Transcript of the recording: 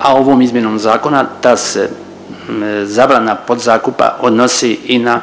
a ovom izmjenom zakona ta se zabrana podzakupa odnosi i na